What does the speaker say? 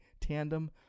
tandem